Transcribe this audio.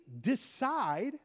decide